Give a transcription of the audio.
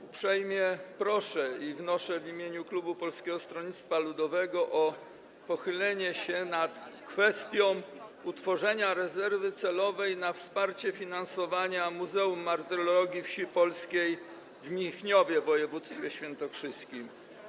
Uprzejmie proszę i wnoszę w imieniu klubu Polskiego Stronnictwa Ludowego o pochylenie się nad kwestią utworzenia rezerwy celowej na wsparcie finansowania Mauzoleum Martyrologii Wsi Polskich w Michniowie w województwie świętokrzyskim.